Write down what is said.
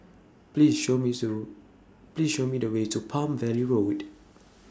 Please Show Me Please Show Me The Way to Palm Valley Road